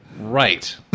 Right